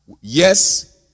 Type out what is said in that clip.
Yes